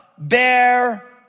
bear